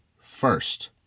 first